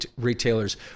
retailers